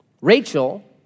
Rachel